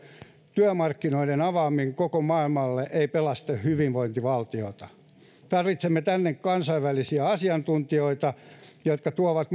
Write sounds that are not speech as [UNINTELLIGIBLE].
työmarkkinoiden avaaminen koko maailmalle ei pelasta hyvinvointivaltiota tarvitsemme tänne kansainvälisiä asiantuntijoita jotka tuovat [UNINTELLIGIBLE]